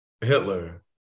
Hitler